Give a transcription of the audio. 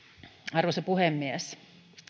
arvoisa puhemies